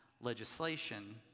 legislation